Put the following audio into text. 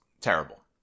terrible